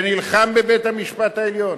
שנלחם בבית-המשפט העליון.